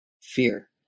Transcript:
fear